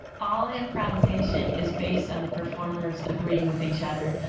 all improvisation is based on the performers agreeing with each other.